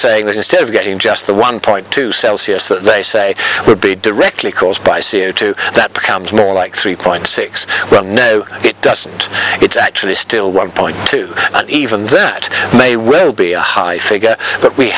saying that instead of getting just the one point two celsius that they say would be directly caused by c o two that becomes more like three point six no it doesn't it's actually still one point two and even that may well be a high figure but we